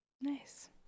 Nice